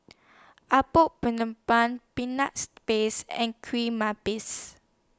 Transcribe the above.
Apom Peanuts Paste and Kueh